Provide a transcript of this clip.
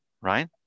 right